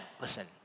listen